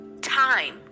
time